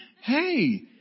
Hey